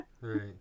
Right